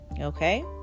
Okay